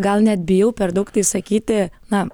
gal net bijau per daug tai sakyti na